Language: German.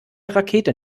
rakete